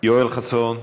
יואל חסון,